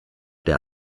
der